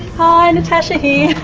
hi, natasha here.